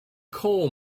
coal